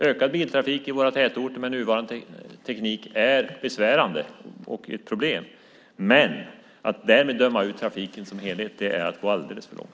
Ökad biltrafik i våra tätorter med nuvarande teknik är besvärande och ett problem, men att därmed döma ut trafiken som helhet är att gå alldeles för långt.